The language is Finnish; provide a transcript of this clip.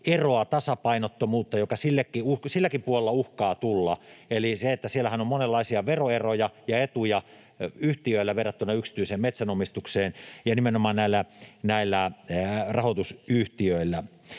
eroa, tasapainottomuutta, joka silläkin puolella uhkaa tulla. Siellähän on monenlaisia veroeroja ja etuja yhtiöillä verrattuna yksityiseen metsänomistukseen ja nimenomaan näillä rahoitusyhtiöillä,